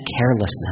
carelessness